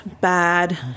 bad